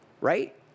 right